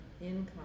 income